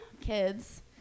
Kids